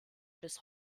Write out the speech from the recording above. bis